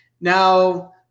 Now